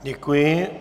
Děkuji.